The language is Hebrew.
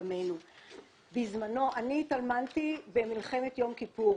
אני התאלמנתי במלחמת יום כיפור,